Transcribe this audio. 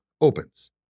opens